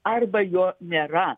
arba jo nėra